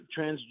transgender